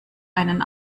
einen